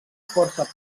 força